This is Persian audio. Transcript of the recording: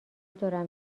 دارم